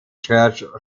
church